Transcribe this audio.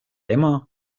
tema